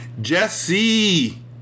Jesse